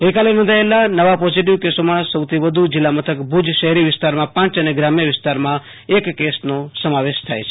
ગઈકાલે નોંધાયેલા નવા પોઝિટિવ કસોમાં સૌથી વધુ જિલ્લા મથક ભુજ શહેરી વિસ્તારમાં પાંચ અને ગ્રામ્ય વિસ્તારમાં અક એમ છ કસ નોંધાયા હતા